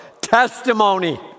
Testimony